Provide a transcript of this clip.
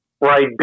right